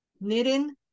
knitting